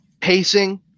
pacing